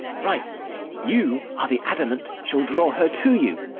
right you are the adamant shall draw her to you,